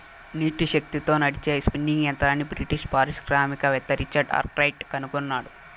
నీటి శక్తితో నడిచే స్పిన్నింగ్ యంత్రంని బ్రిటిష్ పారిశ్రామికవేత్త రిచర్డ్ ఆర్క్రైట్ కనుగొన్నాడు